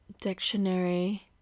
dictionary